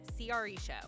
CREshow